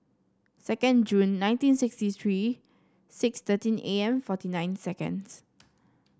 second Jun nineteen sixty three six thirteen A M forty nine seconds